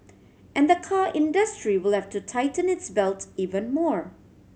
and the car industry will have to tighten its belt even more